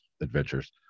Adventures